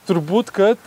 turbūt kad